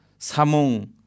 Samung